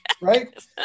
right